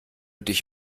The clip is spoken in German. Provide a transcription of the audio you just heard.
dich